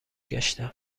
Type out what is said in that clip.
گشتم